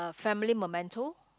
a family momento